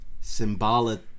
Symbolic